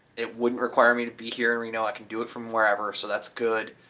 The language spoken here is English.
it wouldn't require me to be here in reno, i can do it from wherever so that's good.